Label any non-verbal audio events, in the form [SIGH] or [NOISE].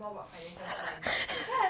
[LAUGHS]